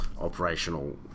operational